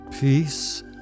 Peace